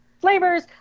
flavors